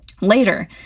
later